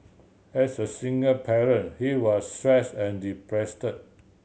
as a single parent he was stress and depressed